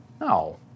No